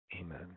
Amen